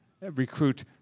Recruit